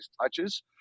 touches